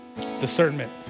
discernment